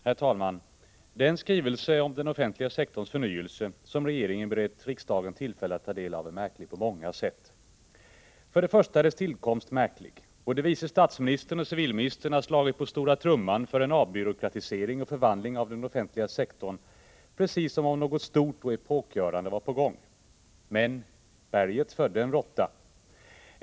Herr talman! Den skrivelse om den offentliga sektorns förnyelse som regeringen berett riksdagen tillfälle att ta del av är märklig på många sätt. För det första är dess tillkomst märklig. Både vice statsministern och civilministern har slagit på stora trumman för en avbyråkratisering och förvandling av den offentliga sektorn, precis som om något stort och epokgörande var på gång. Men, berget födde en råtta.